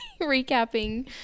recapping